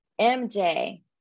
MJ